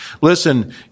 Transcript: Listen